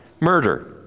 murder